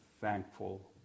thankful